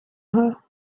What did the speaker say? her